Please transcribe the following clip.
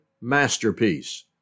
masterpiece